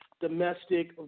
Domestic